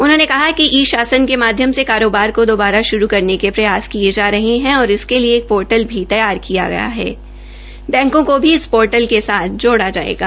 उन्होंने कहा कि ई शासन के माध्यम से कारोबार को दोबारा श्रू करने के प्रयास किये गये है और इसके लिए एक पोर्टल भी लांच किया जा रहा है बैंको को भी इस पोर्टल के साथ जोड़ा जायेगा